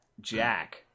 Jack